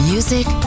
Music